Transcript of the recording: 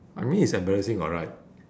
I mean it's embarrassing [what] right